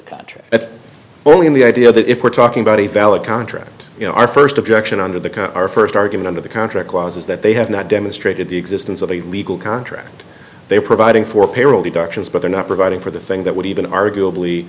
only in the idea that if we're talking about a valid contract you know our first objection under the car first argument of the contract clause is that they have not demonstrated the existence of a legal contract they are providing for payroll deductions but they're not providing for the thing that would even arguably